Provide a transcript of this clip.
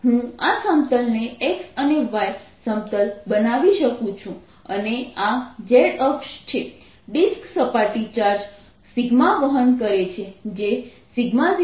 તેથી હું આ સમતલને x અને y સમતલ બનાવી શકું છું અને આ z અક્ષ છે ડિસ્ક સપાટી ચાર્જ વહન કરે છે જે 0r બરાબર છે